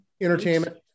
entertainment